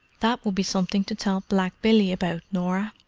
that would be something to tell black billy about, norah!